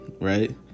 right